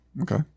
okay